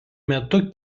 metu